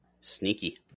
Sneaky